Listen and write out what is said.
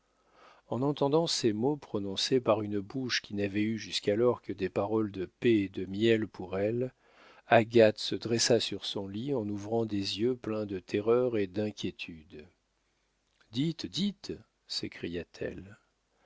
en entendant ces mots prononcés par une bouche qui n'avait eu jusqu'alors que des paroles de paix et de miel pour elle agathe se dressa sur son lit en ouvrant des yeux pleins de terreur et d'inquiétude dites